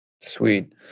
Sweet